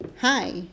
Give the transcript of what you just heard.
hi